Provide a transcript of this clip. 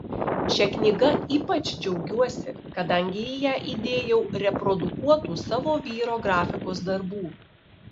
šia knyga ypač džiaugiuosi kadangi į ją įdėjau reprodukuotų savo vyro grafikos darbų